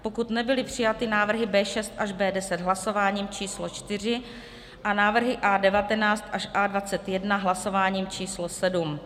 pokud nebyly přijaty návrhy B6 až B10 hlasováním č. čtyři a návrhy A19 až A21 hlasováním č. sedm